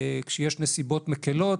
כשיש נסיבות מקלות,